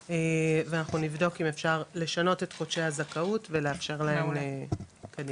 ואנחנו נבדוק אם אפשר לשנות את חודשי הזכאות ולאפשר להן קדימה.